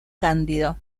cándido